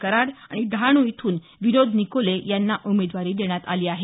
कराड आणि डहाणू इथून विनोद निकोले यांना उमेदवारी देण्यात आली आहे